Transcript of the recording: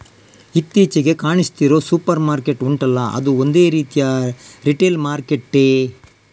ಇತ್ತೀಚಿಗೆ ಕಾಣಿಸ್ತಿರೋ supermarket ಉಂಟಲ್ಲ ಅದೂ ಒಂದು ರೀತಿಯ ರಿಟೇಲ್ ಮಾರ್ಕೆಟ್ಟೇ